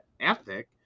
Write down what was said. ethic